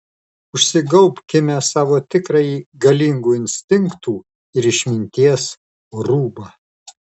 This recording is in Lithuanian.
užsigaubkime savo tikrąjį galingų instinktų ir išminties rūbą